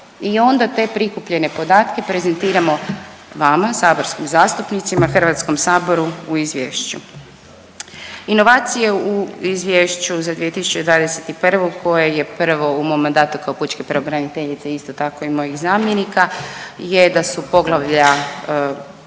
i onda te prikupljene podatke prezentiramo vama, saborskim zastupnicima, HS-u u izvješću. Inovacije u Izvješću za '21. koje je prvo u mom mandatu kao pučke pravobraniteljice isto tako i mojih zamjenika je da su poglavlja